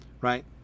right